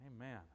Amen